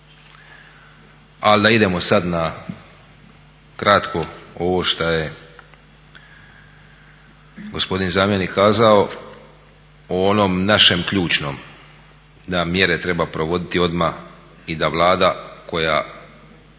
Ali da idemo sad na kratko ovo šta je gospodin zamjenik kazao o onom našem ključnom, da mjere treba provoditi odmah i da Vlada koja